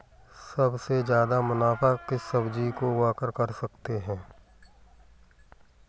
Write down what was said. सबसे ज्यादा मुनाफा किस सब्जी को उगाकर कर सकते हैं?